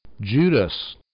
Judas